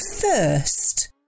first